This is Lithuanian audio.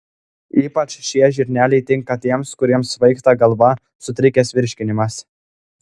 ypač šie žirneliai tinka tiems kuriems svaigsta galva sutrikęs virškinimas